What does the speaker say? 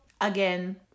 Again